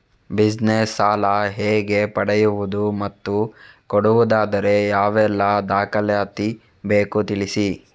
Business ಸಾಲ ಹೇಗೆ ಪಡೆಯುವುದು ಮತ್ತು ಕೊಡುವುದಾದರೆ ಯಾವೆಲ್ಲ ದಾಖಲಾತಿ ಬೇಕು ತಿಳಿಸಿ?